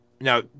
now